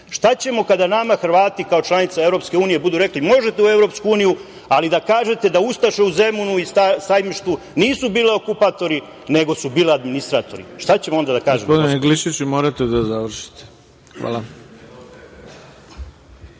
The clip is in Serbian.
ćemo kada nama Hrvati, kao članica EU, budu rekli – možete u EU, ali da kažete da ustaše u Zemunu i Sajmištu nisu bili okupatori, nego su bili administratori? Šta ćemo onda da kažemo?